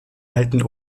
alten